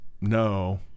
no